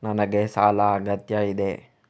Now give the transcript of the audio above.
ನನಗೆ ಸಾಲದ ಅಗತ್ಯ ಇದೆ?